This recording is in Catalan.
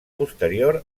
posterior